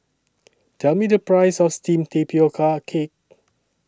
Tell Me The Price of Steamed Tapioca Cake